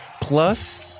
plus